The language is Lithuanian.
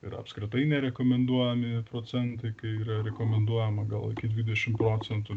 ir apskritai nerekomenduojami procentai kai yra rekomenduojama gal iki dvidešimt procentų